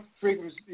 frequency